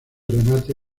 remate